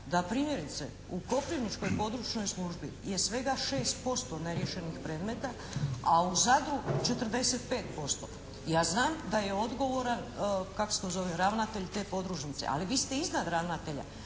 da primjerice u koprivničkoj područnoj službi je svega 6% neriješenih predmeta a u Zadru 45%. Ja znam da je odgovoran ravnatelj te podružnice, ali vi ste iznad ravnatelja.